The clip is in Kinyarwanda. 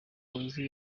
police